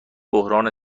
بحران